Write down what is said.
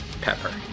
Pepper